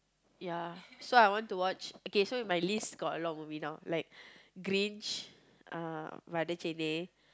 ya so I want to watch okay so my list got a lot of movie now like Grinch uh